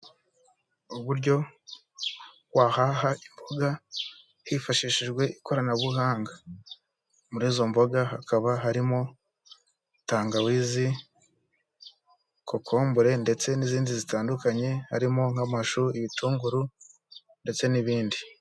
Uburyo wahaha imbuga hifashishijwe ikoranabuhanga. Muri izo mboga hakaba harimo tangawizi, kokombure, ndetse n'izindi zitandukanye; harimo nk'amashu, ibitunguru ndetse n'ibindi.